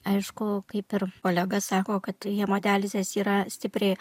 aišku kaip ir kolega sako kad hemodializės yra stipriai